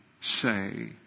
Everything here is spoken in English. say